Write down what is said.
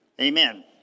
Amen